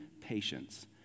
patience